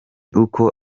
uko